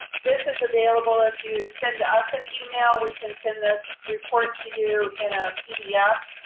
this is available. if you send us an email, we can send this report to you in a pdf.